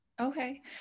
Okay